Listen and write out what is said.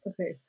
Okay